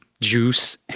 juice